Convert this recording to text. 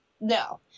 No